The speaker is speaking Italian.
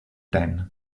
ten